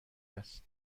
است